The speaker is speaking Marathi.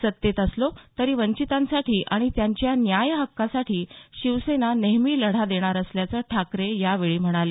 सत्तेत असलो तरी वंचितांसाठी आणि त्यांच्या न्यायहक्कासाठी शिवसेना नेहमी लढा देणार असल्याचं ठाकरे यावेळी म्हणाले